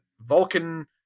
Vulcan